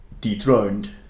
dethroned